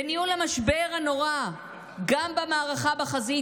בניהול המשבר הנורא גם במערכה בחזית,